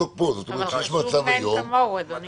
אבל חשוב מאין כמוהו, אדוני.